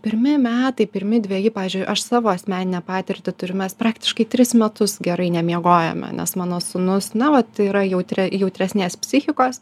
pirmi metai pirmi dveji pavyzdžiui aš savo asmeninę patirtį turiu mes praktiškai tris metus gerai nemiegojome nes mano sūnus na vat yra jautre jautresnės psichikos